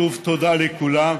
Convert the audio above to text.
שוב, תודה לכולם,